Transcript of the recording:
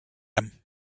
him